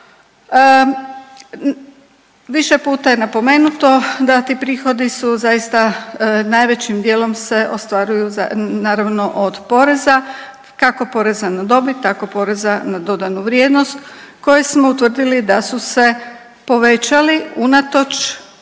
Više puta je napomenuto da ti prihodi su, zaista najvećim dijelom se ostvaruju za, naravno od poreza, kako poreza na dobit tako PDV-a koje smo utvrdili da su se povećali unatoč